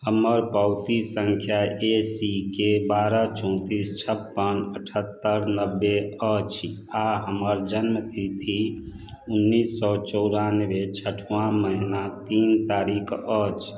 हमर पावती संख्या ए सी के बारह चौंतिस छप्पन अठहत्तरि नब्बे अछि आओर हमर जन्म तिथि उन्नीस सओ चौरानबे छठवाँ महीना तीन तारीख अछि